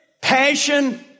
passion